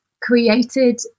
created